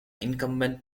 incumbent